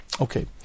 Okay